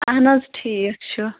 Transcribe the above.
اَہَن حظ ٹھیٖک چھُ